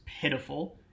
pitiful